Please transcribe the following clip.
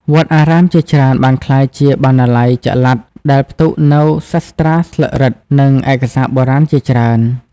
វត្តអារាមជាច្រើនបានក្លាយជាបណ្ណាល័យចល័ត ដែលផ្ទុកនូវសាត្រាស្លឹករឹត និងឯកសារបុរាណជាច្រើន។